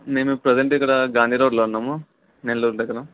మేము ప్రెజెంట్ ఇక్కడ గాంధీ రోడ్లో ఉన్నాము నెల్లూరు దగ్గర